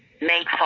make